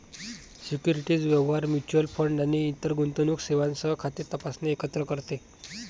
securities व्यवहार, mutual fund आणि इतर गुंतवणूक सेवांसह खाते तपासणे एकत्र करते